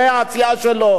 את מירי רגב,